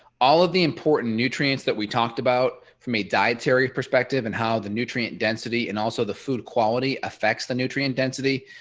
all of the important nutrients that we talked about from a dietary perspective and how the nutrient density and also the food quality affects the nutrient density,